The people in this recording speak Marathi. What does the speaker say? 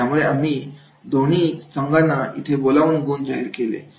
त्यामुळे आम्ही दोघांना इथे बोलावून गुण जाहीर केले